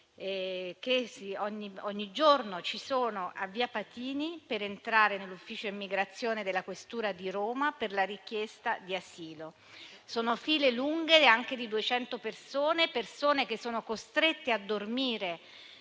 che ogni giorno ci sono a via Patini, per entrare nell'ufficio immigrazione della questura di Roma per la richiesta di asilo. Sono file lunghe, anche di 200 persone, che sono costrette a dormire